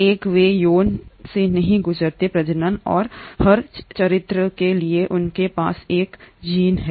एक वे यौन से नहीं गुजरते प्रजनन और हर चरित्र के लिए उनके पास एक जीन है